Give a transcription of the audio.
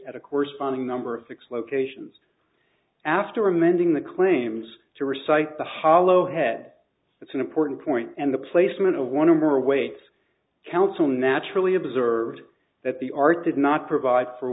at a corresponding number of six locations after amending the claims to recite the hollow head it's an important point and the placement of one or more awaits counsel naturally observed that the art did not provide for